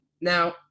Now